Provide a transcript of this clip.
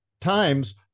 times